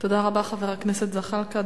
תודה רבה, חבר הכנסת זחאלקה.